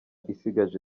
isigaje